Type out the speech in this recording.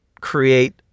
create